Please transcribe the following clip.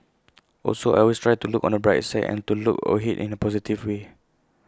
also I always try to look on the bright side and to look ahead in A positive way